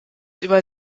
über